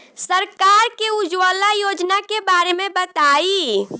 सरकार के उज्जवला योजना के बारे में बताईं?